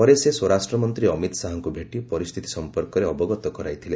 ପରେ ସେ ସ୍ୱରାଷ୍ଟ୍ରମନ୍ତ୍ରୀ ଅମିତ ଶାହାଙ୍କୁ ଭେଟି ପରିସ୍ଥିତି ସଂପର୍କରେ ଅବଗତ କରାଇଥିଲେ